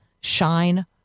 shine